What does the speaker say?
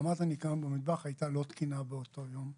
רמת הניקיון במטבח הייתה לא תקינה באותו יום.